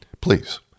please